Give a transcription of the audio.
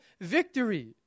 victory